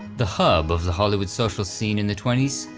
the hub of the hollywood social scene in the twenty s,